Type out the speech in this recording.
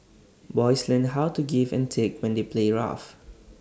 boys learn how to give and take when they play rough